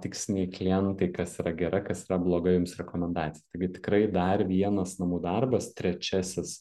tiksliniai klientai kas yra gera kas yra bloga jums rekomendacija taigi tikrai dar vienas namų darbas trečiasis